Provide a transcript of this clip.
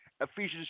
Ephesians